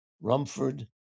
Rumford